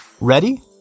ready